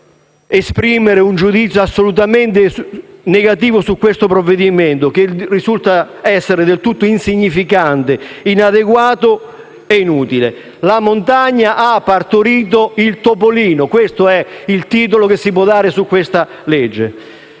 a dopodomani per esprimere un giudizio assolutamente negativo su questo provvedimento, che risulta essere del tutto insignificante, inadeguato ed inutile. La montagna ha partorito il topolino, questo è il titolo che si potrebbe dare a questo disegno